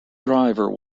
driver